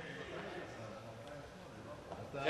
בבקשה, אדוני סגן השר.